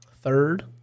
Third